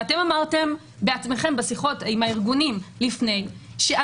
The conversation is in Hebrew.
ואתם אמרתם בעצמכם בשיחות עם הארגונים שאנחנו